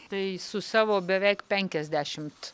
tai su savo beveik penkiasdešimt